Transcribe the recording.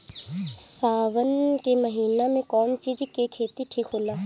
सावन के महिना मे कौन चिज के खेती ठिक होला?